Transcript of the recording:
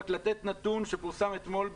רק לתת נתון שפורסם אתמול בכלכליסט.